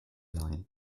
line